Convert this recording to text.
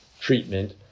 treatment